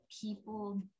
people